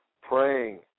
praying